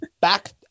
back